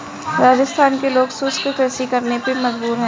राजस्थान के लोग शुष्क कृषि करने पे मजबूर हैं